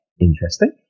Interesting